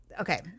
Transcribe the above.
okay